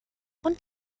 und